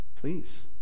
please